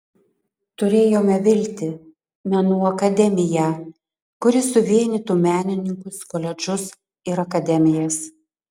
turėjome viltį menų akademiją kuri suvienytų menininkus koledžus ir akademijas